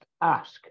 Ask